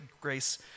grace